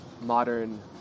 modern